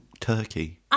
turkey